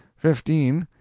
fifteen.